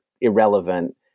irrelevant